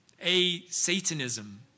a-Satanism